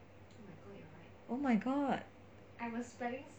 oh my god